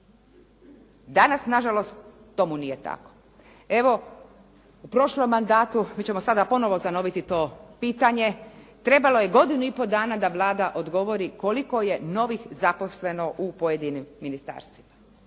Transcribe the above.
Danas, nažalost, tomu nije tako. Evo, u prošlom mandatu, mi ćemo sada ponovo … /Govornica se ne razumije./ … to pitanje, trebalo je godinu i pol dana da Vlada odgovori koliko je novih zaposleno u pojedinim ministarstvima.